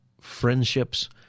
friendships